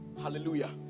Hallelujah